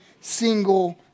single